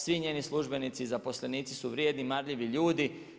Svi njezini službenici i zaposlenici su vrijedni i marljivi ljudi.